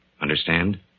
Understand